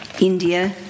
India